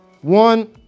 one